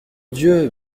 dieu